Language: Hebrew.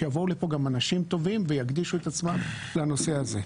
שיבואו לפה גם אנשים טובים ויקדישו את עצמם לנושא הזה.